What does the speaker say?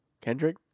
Kendrick